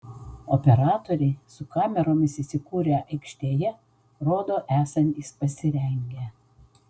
operatoriai su kameromis įsikūrę aikštėje rodo esantys pasirengę